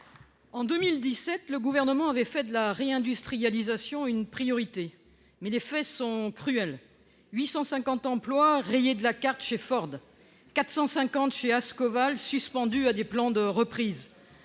En 2017, le Gouvernement avait fait de la réindustrialisation une priorité, mais les faits sont cruels : 850 emplois rayés de la carte chez Ford, 450 emplois chez Ascoval suspendus à des plans de reprise,